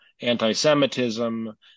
anti-Semitism